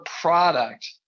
product